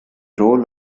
role